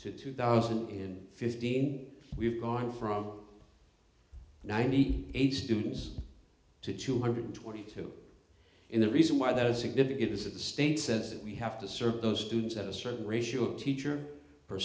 to two thousand and fifteen we've gone from ninety eight students to two hundred twenty two in the reason why those significant is that the state says that we have to serve those students at a certain ratio teacher per